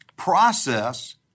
process